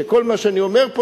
שכל מה שאני אומר פה,